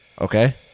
Okay